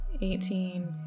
eighteen